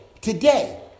Today